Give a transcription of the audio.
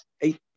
eight